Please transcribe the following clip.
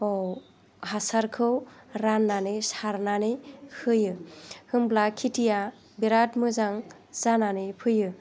हासारखौ राननानै सारनानै होयो होमब्ला खिथिया बिराद मोजां जानानै फैयो